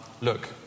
Look